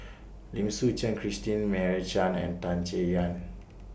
Lim Suchen Christine Meira Chand and Tan Chay Yan